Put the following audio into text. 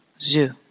Zoo